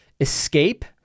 escape